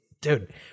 dude